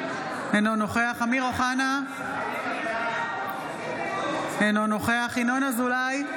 אינו נוכח אמיר אוחנה, אינו נוכח ינון אזולאי,